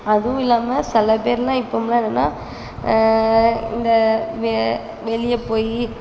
அதுவும் இல்லாமல் சில பேர்லாம் இப்போம்லாம் என்னென்ன இந்த வே வெளியே போய்